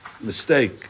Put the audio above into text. mistake